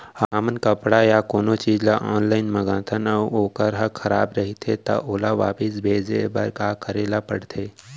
हमन कपड़ा या कोनो चीज ल ऑनलाइन मँगाथन अऊ वोकर ह खराब रहिये ता ओला वापस भेजे बर का करे ल पढ़थे?